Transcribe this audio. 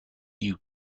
you